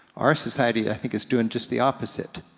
our society, i think, is doing just the opposite.